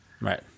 Right